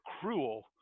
cruel